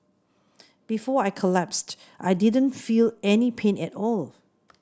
before I collapsed I didn't feel any pain at all